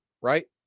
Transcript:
right